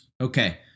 Okay